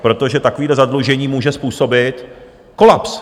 Protože takové zadlužení může způsobit kolaps.